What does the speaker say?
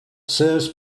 serves